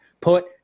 put